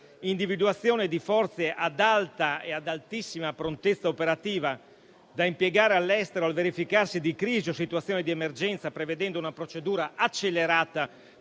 l'individuazione di forze ad alta e ad altissima prontezza operativa da impiegare all'estero al verificarsi di crisi o situazione di emergenza, prevedendo una procedura accelerata